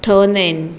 ठहंदा आहिनि